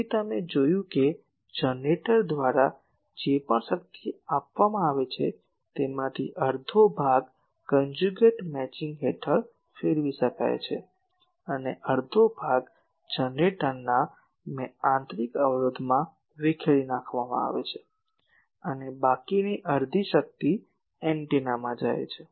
તેથી તમે જોયું કે જનરેટર દ્વારા જે પણ શક્તિ આપવામાં આવે છે તેમાંથી અડધો ભાગ કનજ્યુગેટ મેચિંગ હેઠળ ફેરવી શકાય છે અને અડધો ભાગ જનરેટરના આંતરિક અવરોધમાં વિખેરી નાખવામાં આવે છે અને બાકીની અડધી શક્તિ એન્ટેનામાં જાય છે